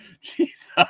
Jesus